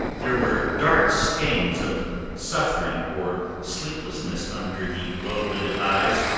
there were dark stains of suffering or sleeplessness under the low-lidded eyes,